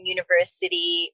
University